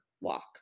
walk